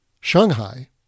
Shanghai